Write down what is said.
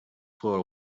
for